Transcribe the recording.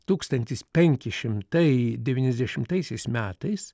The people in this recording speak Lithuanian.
tūkstantis penki šimtai devyniasdešimtaisiais metais